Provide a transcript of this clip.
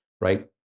right